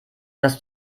dass